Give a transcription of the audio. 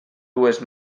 dues